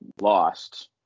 lost